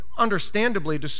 understandably